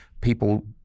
People